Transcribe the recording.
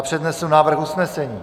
Přednesu návrh usnesení.